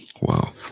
Wow